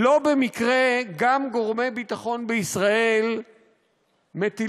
לא במקרה גם גורמי ביטחון בישראל מטילים